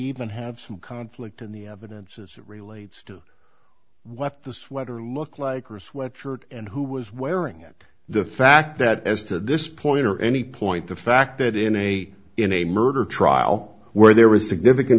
even have some conflict in the evidence as relates to what the sweater look like or a sweatshirt and who was wearing the fact that as to this point or any point the fact that in a in a murder trial where there was significant